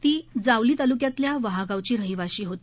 ती जावली तालुक्यातल्या वहागांवची रहिवासी होती